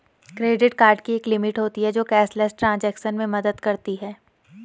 credit card की एक limit होती है जो कैशलेस ट्रांज़ैक्शन में मदद करती है